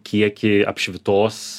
kiekį apšvitos